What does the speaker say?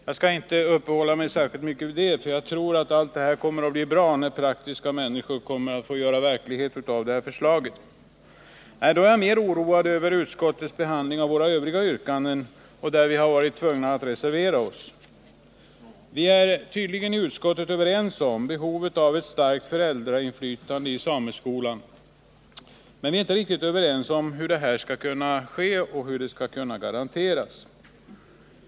Jag skall emellertid icke uppehålla mig vid detta, för jag tror att allt kommer att bli bra, när praktiska människor får göra verklighet av förslaget. Nej, då är jag mer oroad över utskottets behandling av våra övriga yrkanden, där vi har varit tvungna att reservera oss. Vi är i utskottet tydligen överens om behovet av ett starkt föräldrainflytande i sameskolan, men vi är inte riktigt överens om hur detta skall kunna garanteras.